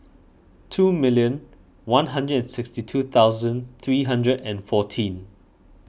two million one hundred and sixty two thousand three hundred and fourteen